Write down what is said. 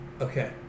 Okay